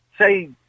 say